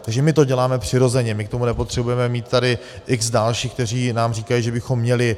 Takže my to děláme přirozeně, my k tomu nepotřebujeme mít tady x dalších, kteří nám říkají, že bychom měli.